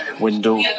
window